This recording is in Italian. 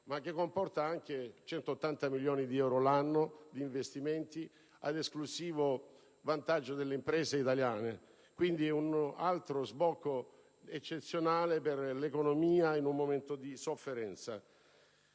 Esso comporta anche 180 milioni di euro all'anno di investimenti ad esclusivo vantaggio delle imprese italiane: si tratta quindi di un altro sbocco eccezionale per l'economia in un momento di sofferenza.